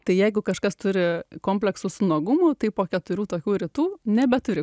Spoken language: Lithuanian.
tai jeigu kažkas turi kompleksus su nuogumu tai po keturių tokių rytų nebeturi